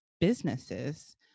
businesses